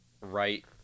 right